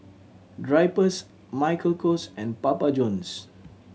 Drypers Michael Kors and Papa Johns